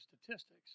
statistics